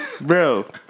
Bro